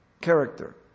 Character